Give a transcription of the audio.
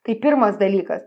tai pirmas dalykas